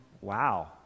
wow